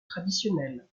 traditionnels